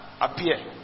appear